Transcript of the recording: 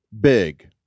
big